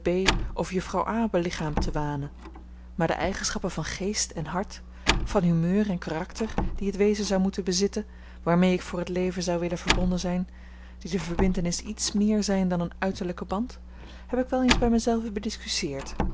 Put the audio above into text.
of juffrouw a belichaamd te wanen maar de eigenschappen van geest en hart van humeur en karakter die het wezen zou moeten bezitten waarmee ik voor het leven zou willen verbonden zijn die de verbintenis iets meer zijn dan een uiterlijken band heb ik wel eens bij mij